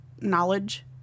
knowledge